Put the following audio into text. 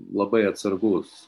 labai atsargus